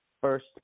first